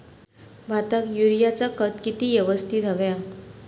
भाताक युरियाचा खत किती यवस्तित हव्या?